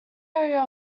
area